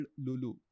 Lulu